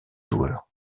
joueurs